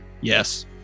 Yes